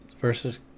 Versus